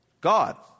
God